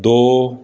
ਦੋ